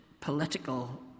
political